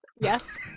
Yes